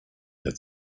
had